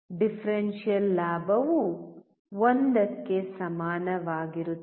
differential ಲಾಭವು 1 ಕ್ಕೆ ಸಮಾನವಾಗಿರುತ್ತದೆ